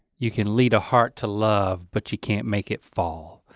you can lead a heart to love but you can't make it fall.